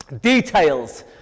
details